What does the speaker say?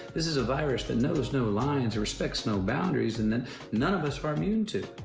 this is a virus that knows no lines or respects no boundaries, and that none of us are immune to.